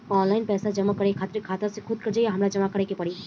Online पैसा जमा करे खातिर खाता से खुदे कट जाई कि हमरा जमा करें के पड़ी?